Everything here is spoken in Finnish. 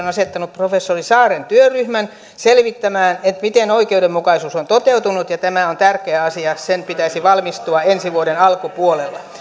asettanut professori saaren työryhmän selvittämään miten oikeudenmukaisuus on toteutunut tämä on tärkeä asia ja sen pitäisi valmistua ensi vuoden alkupuolella